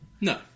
No